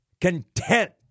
content